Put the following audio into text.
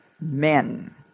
men